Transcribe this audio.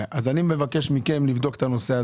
מבקש מכם לבדוק את הנושא.